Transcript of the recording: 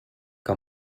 que